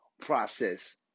process